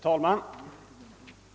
Herr talman!